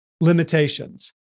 limitations